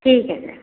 ठीक हाई सर